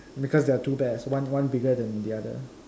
because there are two bears one one bigger than the other